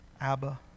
Abba